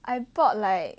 I bought like